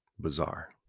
bizarre